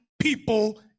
people